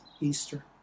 Easter